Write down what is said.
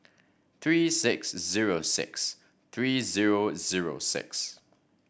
three six zero six three zero zero six